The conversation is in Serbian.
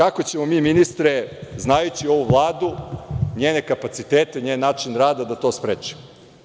Kako ćemo mi ministre, znajući ovu Vladu, njene kapacitete, njen način rada, to da sprečimo?